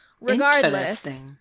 Regardless-